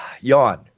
Yawn